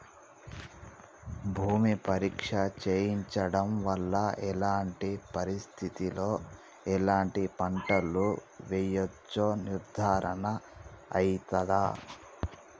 భూమి పరీక్ష చేయించడం వల్ల ఎలాంటి పరిస్థితిలో ఎలాంటి పంటలు వేయచ్చో నిర్ధారణ అయితదా?